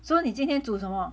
so 你今天煮什么